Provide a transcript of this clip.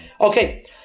Okay